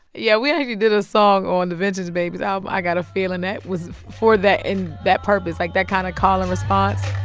yeah, we actually did a song on the vintage babies album, i got a feeling, that was for that and that purpose, like that kind of call and response